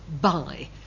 buy